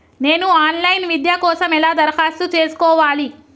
నేను online విద్య కోసం ఎలా దరఖాస్తు చేసుకోవాలి?